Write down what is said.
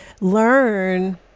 learn